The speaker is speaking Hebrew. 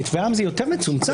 במתווה העם זה יותר מצומצם,